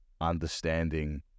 understanding